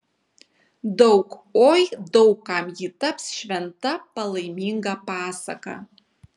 daug oi daug kam ji taps šventa palaiminga pasaka